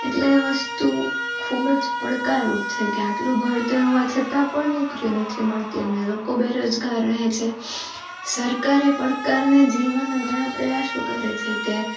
એટલે વસ્તુ ખૂબ જ પડકાર રૂપ છે કે આટલું ભણતર હોવા છતાં પણ નોકરીઓ નથી મળતી અને લોકો બેરોજગાર રહે છે સરકાર એ પડકાર ઝેલવાના ઘણા પ્રયાસો કરે છે કે